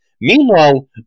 Meanwhile